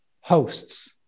hosts